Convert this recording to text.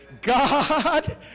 God